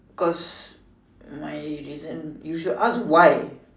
cause my reason you should ask why